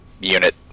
unit